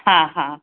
हा हा